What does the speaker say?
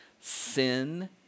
sin